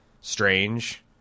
strange